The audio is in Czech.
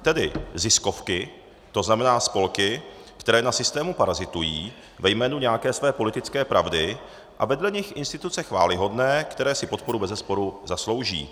Tedy ziskovky, to znamená spolky, které na systému parazitují ve jménu nějaké své politické pravdy, a vedle nich instituce chvályhodné, které si podporu bezesporu zaslouží.